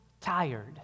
tired